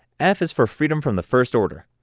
f is for freedom from the frist order.